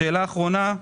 שאלה אחרונה.